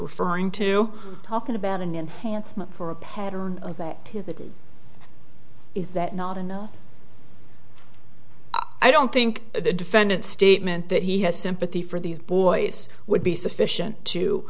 referring to talking about an enhancement or a pattern of activity is that not enough i don't think the defendant statement that he has sympathy for the boys would be sufficient to